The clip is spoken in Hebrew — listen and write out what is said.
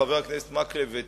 חבר הכנסת מקלב,